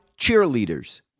cheerleaders